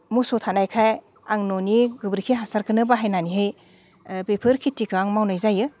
मोसौ थानायखाय आं न'नि गोबोरखि हासारखोनो बाहायनानैहै बेफोर खिथिखो आं मावनाय जायो